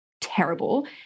terrible